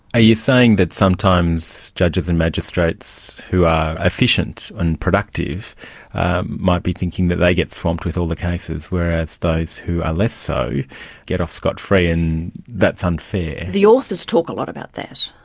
are you saying that sometimes judges and magistrates who are efficient and productive might be thinking that they get swamped with all the cases, whereas those who are less so get off scot-free and that's unfair. the authors talk a lot about that.